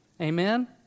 Amen